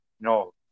no